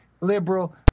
liberal